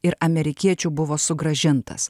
ir amerikiečių buvo sugrąžintas